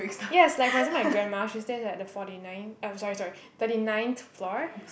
yes like for example my grandma she stays at the Forty Nine oh sorry sorry thirty ninth floor